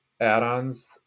add-ons